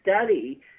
study